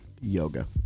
yoga